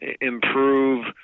improve